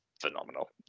phenomenal